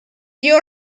dio